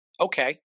okay